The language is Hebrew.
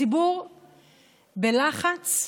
הציבור בלחץ,